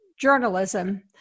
journalism